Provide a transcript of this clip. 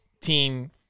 team